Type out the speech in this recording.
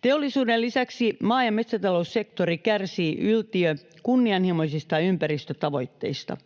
Teollisuuden lisäksi maa- ja metsätaloussektori kärsii yltiökunnianhimoisista ympäristötavoitteista.